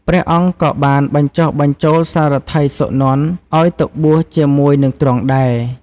ព្រះអង្គក៏បានបញ្ចុះបញ្ចូលសារថីសុនន្ទឱ្យទៅបួសជាមួយនិងទ្រង់ដែរ។